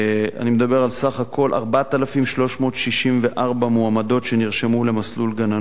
אני מדבר על סך הכול 4,364 מועמדות שנרשמו למסלול גננות,